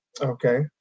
okay